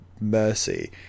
mercy